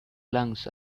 lungs